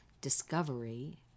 discovery